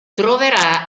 troverà